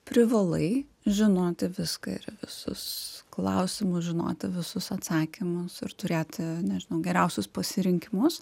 privalai žinoti viską ir į visus klausimus žinoti visus atsakymus ir turėti ne geriausius pasirinkimus